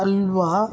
halwa